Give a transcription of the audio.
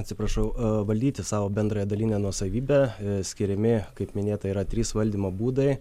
atsiprašau valdyti savo bendrąją dalinę nuosavybę skiriami kaip minėta yra trys valdymo būdai